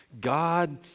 God